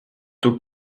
tout